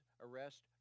arrest